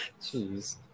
Jeez